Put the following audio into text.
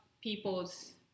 people's